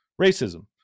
racism